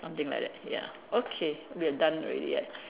something like that ya okay we're done already right